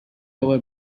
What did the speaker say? our